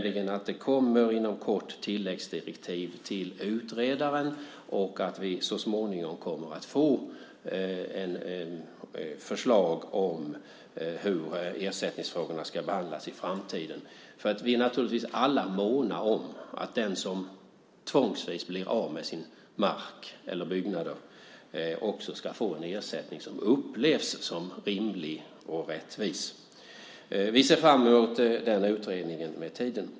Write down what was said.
Inom kort kommer ett tilläggsdirektiv till utredaren, och så småningom kommer vi att få förslag om hur ersättningsfrågorna ska behandlas i framtiden. Vi är naturligtvis alla måna om att den som tvångsvis blir av med sin mark eller sina byggnader också ska få en ersättning som upplevs som rimlig och rättvis. Vi ser fram emot denna utredning.